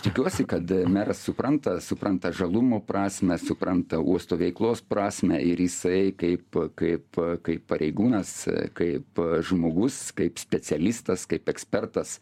tikiuosi kad meras supranta supranta žalumo prasmę supranta uosto veiklos prasmę ir jisai kaip kaip kaip pareigūnas kaip žmogus kaip specialistas kaip ekspertas